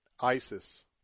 ISIS